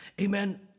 amen